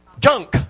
junk